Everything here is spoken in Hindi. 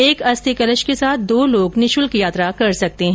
एक अस्थि कलश के साथ दो लोग निःशुल्क यात्रा कर सकते है